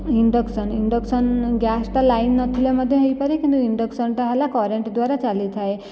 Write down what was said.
induction induction ଗ୍ୟାସ୍ଟା line ନଥିଲେ ମଧ୍ୟ ହେଇପାରେ କିନ୍ତୁ ଇଣ୍ଡକ୍ସନଟା ହେଲା କରେଣ୍ଟ ଦ୍ୱାରା ଚାଲିଥାଏ